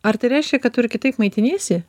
ar tai reiškia kad tu ir kitaip maitiniesi